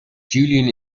julian